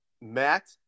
Matt